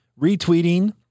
retweeting